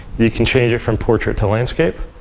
you can change it from portrait to landscape.